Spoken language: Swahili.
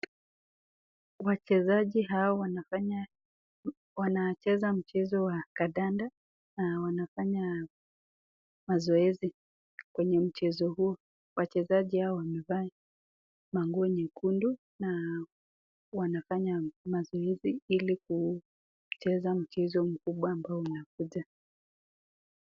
Wachezaji hao wanafanya wanacheza mchezo wa Kadanda na wanafanya mazoezi kwenye mchezo huo. Wachezaji hao wamevaa manguo nyekundu na wanafanya mazoezi ili kucheza mchezo mkubwa ambao unakuja.